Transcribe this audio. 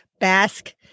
Basque